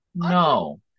No